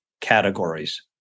categories